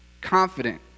confident